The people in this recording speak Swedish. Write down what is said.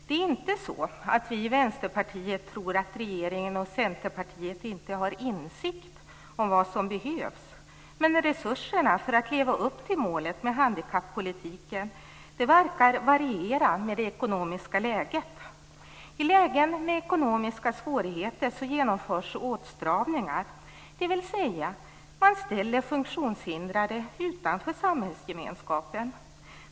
Det är inte så att vi i Vänsterpartiet tror att regeringen och Centerpartiet inte har insikt om vad som behövs, men resurserna för att leva upp till målet med handikappolitiken verkar variera med det ekonomiska läget. I lägen med ekonomiska svårigheter genomförs åtstramningar, dvs. man ställer funktionshindrade utanför samhällsgemenskapen.